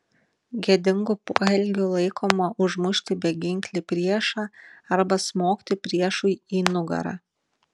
gėdingu poelgiu laikoma užmušti beginklį priešą arba smogti priešui į nugarą